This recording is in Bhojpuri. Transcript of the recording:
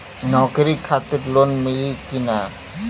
नौकरी खातिर लोन मिली की ना?